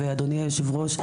ואדוני היושב-ראש,